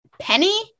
Penny